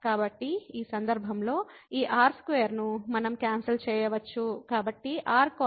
కాబట్టి ఈ సందర్భంలో ఈ r2 ను మనం క్యాన్సల్ చేయవచ్చు